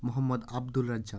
Mohammad Abdul Razzak